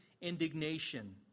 indignation